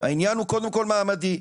העניין הוא קודם כל מעמדי,